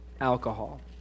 alcohol